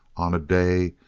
on a day,